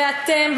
ואתם,